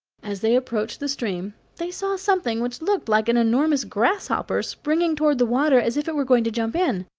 as they approached the stream they saw something which looked like an enormous grasshopper springing toward the water as if it were going to jump in.